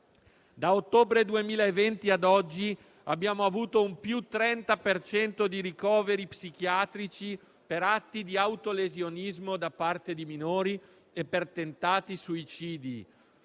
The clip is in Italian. Da ottobre 2020 ad oggi abbiamo avuto un più 30 per cento di ricoveri psichiatrici per atti di autolesionismo da parte di minori e per tentati suicidi